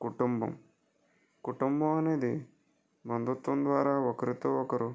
కుటుంబం కుటుంబం అనేది బంధుత్వం ద్వారా ఒకరితో ఒకరు